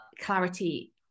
clarity